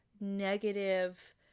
negative